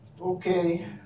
Okay